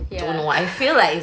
ya